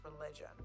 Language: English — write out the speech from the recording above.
religion